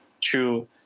true